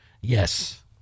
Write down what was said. yes